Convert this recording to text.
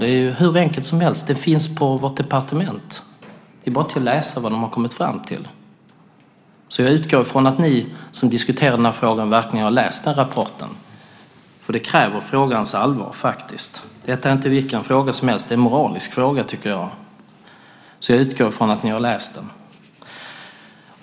Det är hur enkelt som helst. Det finns på vårt departement. Det är bara till att läsa vad de har kommit fram till. Jag utgår från att ni som diskuterar den här frågan verkligen har läst den rapporten. Det kräver frågans allvar. Detta är inte vilken fråga som helst. Det är en moralisk fråga, så jag utgår från att ni har läst den.